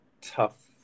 tough